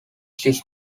six